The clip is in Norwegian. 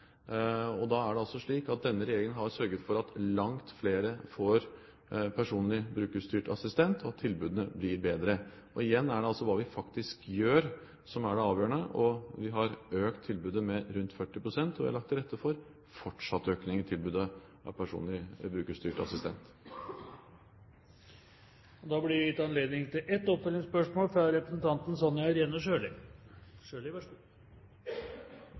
Det er slik at denne regjeringen har sørget for at langt flere får brukerstyrt personlig assistent, og at tilbudene blir bedre. Igjen er det altså hva vi faktisk gjør, som er det avgjørende. Vi har økt tilbudet med rundt 40 pst., og vi har lagt til rette for en fortsatt økning i tilbudet av brukerstyrt personlig assistent. Det blir gitt anledning til ett oppfølgingsspørsmål – fra representanten Sonja Irene Sjøli.